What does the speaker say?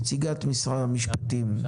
נציגת משרד המשפטים, בבקשה.